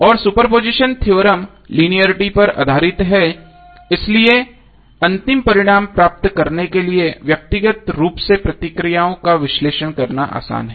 और superposition theorem linearity पर आधारित है इसलिए अंतिम परिणाम प्राप्त करने के लिए व्यक्तिगत रूप से प्रतिक्रियाओं का विश्लेषण करना आसान है